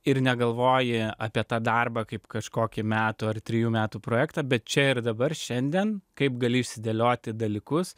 ir negalvoji apie tą darbą kaip kažkokį metų ar trijų metų projektą bet čia ir dabar šiandien kaip gali išsidėlioti dalykus